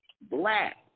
black